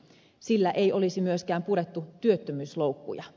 sillä ei olisi myöskään purettu työttömyysloukkuja